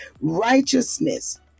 Righteousness